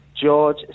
George